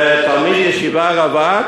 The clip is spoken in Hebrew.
ותלמיד ישיבה רווק,